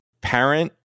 parent